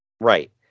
right